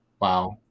Wow